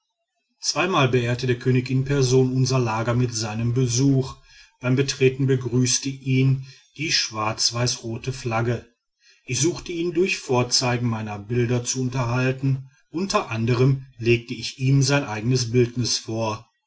zweimal beehrte der könig in person unser lager mit seinem besuch beim betreten begrüßte ihn die schwarzweißrote flagge ich suchte ihn durch vorzeigen meiner bilder zu unterhalten unter anderm legte ich ihm sein eigenes bildnis vor